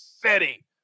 City